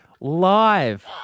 Live